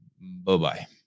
Bye-bye